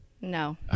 No